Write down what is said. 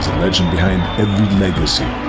legend behind every legacy.